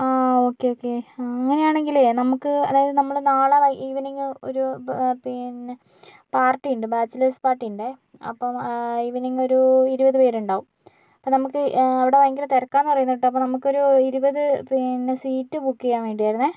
ആ okay okay അങ്ങനെയാണെങ്കിലേ നമുക്ക് അതായത് നമ്മൾ നാളെ ഈവെനിംഗ് ഒരു പിന്നെ പാർട്ടി ഉണ്ട് ബാച്ലർസ് പാർട്ടി ഉണ്ട് അപ്പോൾ ഈവെനിംഗ് ഒരു ഇരുപത് പേരുണ്ടാവും അപ്പോൾ നമുക്ക് അവിടെ ഭയങ്കര തിരക്കാണെന്ന് പറയണ കേട്ടു അപ്പോൾ നമുക്ക് ഒരു ഇരുപത് പിന്നെ സീറ്റ് ബുക്ക് ചെയ്യാൻ വേണ്ടിയായിരുന്നു